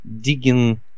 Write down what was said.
digging